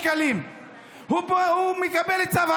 שמישהו, חקלאי, בונה סככה,